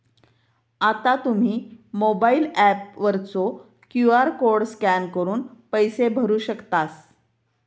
आता तुम्ही mobile app वरचो क्यू.आर कोड स्कॅन करून पैसे भरू शकतास